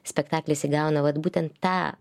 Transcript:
spektaklis įgauna vat būtent tą